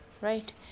right